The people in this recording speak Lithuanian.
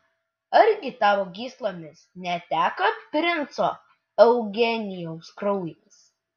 argi tavo gyslomis neteka princo eugenijaus kraujas